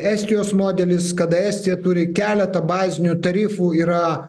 estijos modelis kada estija turi keletą bazinių tarifų yra